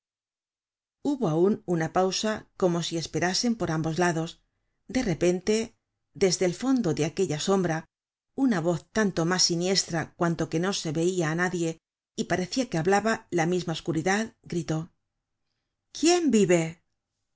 hubo aun una pausa como si esperasen por ambos lados de repente desde el fondo de aquella sombra una voz tanto mas sinistra cuanto que no se veia á nadie y parecia que hablaba la misma oscuridad gritó quién vive